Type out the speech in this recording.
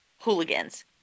Hooligans